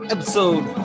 Episode